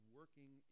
working